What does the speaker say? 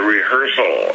rehearsal